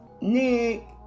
Nick